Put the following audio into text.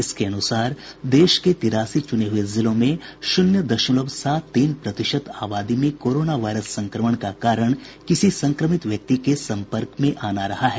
इसके अनुसार देश के तिरासी चुने हुए जिलों में शुन्य दशमलव सात तीन प्रतिशत आबादी में कोरोना वायरस संक्रमण का कारण किसी संक्रमित व्यक्ति के सम्पर्क में आना रहा है